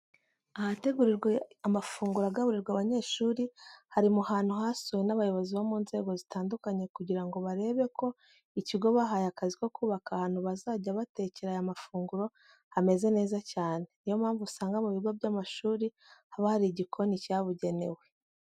Ahategurirwa amafunguro agaburirwa abanyeshuri hari mu hantu hasuwe n'abayobozi bo mu nzego zitandukanye kugira ngo barebe ko ikigo bahaye akazi ko kubaka ahantu bazajya batekera aya mafunguro hameze neza cyane. Ni yo mpamvu usanga mu bigo by'amashuri haba hari igikoni cyabugenewe.